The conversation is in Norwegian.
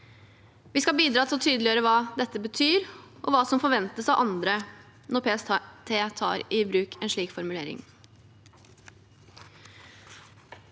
Vi skal bidra til å tydeliggjøre hva dette betyr, og hva som forventes av andre når PST tar i bruk en slik formulering.